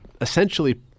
essentially